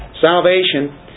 salvation